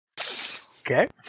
Okay